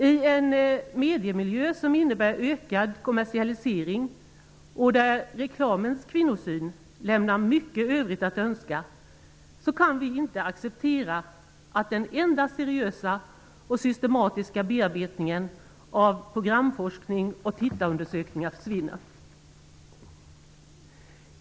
I en mediemiljö som innebär ökad kommersialisering och där reklamens kvinnosyn lämnar mycket i övrigt att önska kan vi inte acceptera att den enda seriösa och systematiska bearbetningen av programforskning och tittarundersökningar försvinner.